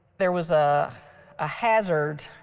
there was a ah hazard